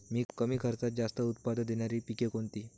कमी खर्चात जास्त उत्पाद देणारी पिके कोणती?